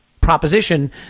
proposition